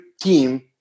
team